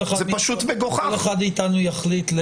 כל אחד מאיתנו יחליט.